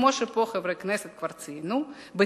כמו שחברי הכנסת כבר ציינו פה,